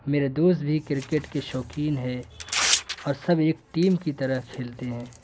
میرے دوست بھی کرکٹ کے شوقین ہیں اور سب ایک ٹیم کی طرح کھیلتے ہیں